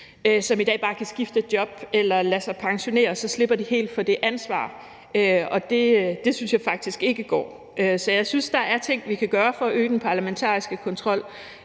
som i dag bare kan skifte job eller lade sig pensionere, og så slipper de helt for det ansvar, og det synes jeg faktisk ikke går. Så jeg synes, at der er ting, vi kan gøre for at øge den parlamentariske kontrol,